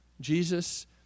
Jesus